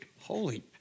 Holy